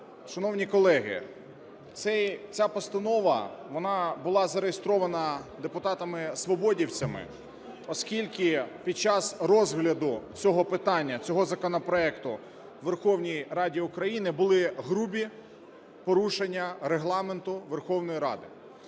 Шановні колеги, ця постанова, вона була зареєстрована депутатами-свободівцями, оскільки під час розгляду цього питання, цього законопроекту у Верховній Раді України були грубі порушення Регламенту Верховної Ради.